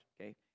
okay